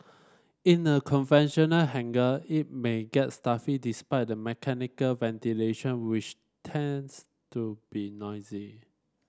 in a conventional hangar it may gets stuffy despite the mechanical ventilation which tends to be noisy